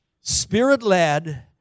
Spirit-led